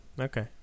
Okay